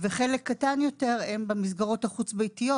וחלק קטן יותר הם במסגרות החוץ-ביתיות,